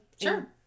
Sure